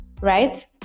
right